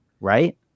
Right